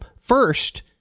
First